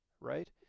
right